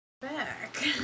Back